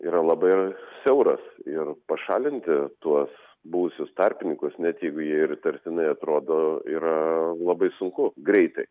yra labai siauras ir pašalinti tuos buvusius tarpininkus net jeigu jie ir įtartinai atrodo yra labai sunku greitai